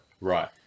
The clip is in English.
Right